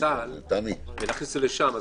צה"ל ונכניס את זה לשם.